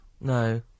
no